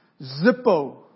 Zippo